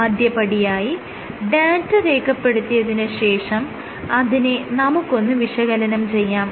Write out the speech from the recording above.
ആദ്യപടിയായി ഡാറ്റ രൂപപ്പെടുത്തിയതിന് ശേഷം അതിനെ നമുക്കൊന്ന് വിശകലനം ചെയ്യാം